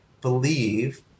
believe